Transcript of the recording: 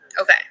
Okay